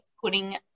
putting